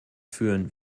führen